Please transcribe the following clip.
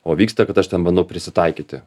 o vyksta kad aš ten bandau prisitaikyti